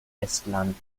estland